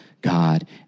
God